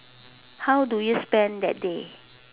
how do you spend that day